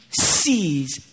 sees